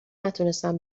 نتونستم